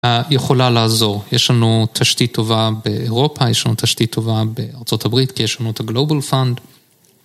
היכולה לעזור, יש לנו תשתית טובה באירופה, יש לנו תשתית טובה בארה״ב כי יש לנו את הגלובל פאנד